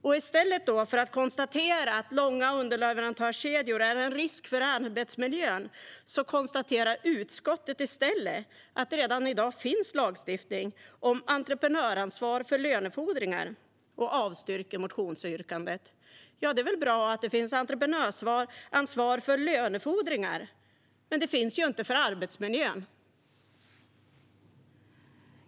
I stället för att konstatera att långa underleverantörskedjor är en risk för arbetsmiljön konstaterar utskottet att det redan i dag finns lagstiftning om entreprenörsansvar för lönefordringar och avstyrker motionsyrkandet. Ja, det är väl bra att det finns entreprenörsansvar för lönefordringar, men det finns ju inte för arbetsmiljön.